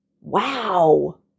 Wow